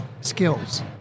skills